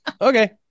Okay